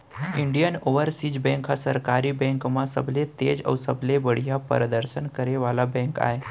Indian Overseas bank ह सरकारी bank म सबले तेज अउ सबले बड़िहा परदसन करे वाला बेंक आय